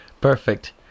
perfect